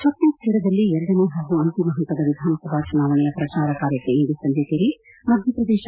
ಛತ್ತೀಸ್ಗಢದಲ್ಲಿ ಎರಡನೇ ಹಾಗೂ ಅಂತಿಮ ಹಂತದ ವಿಧಾನಸಭಾ ಚುನಾವಣೆಯ ಪ್ರಚಾರ ಕಾರ್ಯಕ್ಕೆ ಇಂದು ಸಂಜೆ ತೆರೆ ಮಧ್ಯಪ್ರದೇಶ